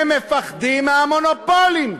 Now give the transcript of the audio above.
הם מפחדים מהמונופולים.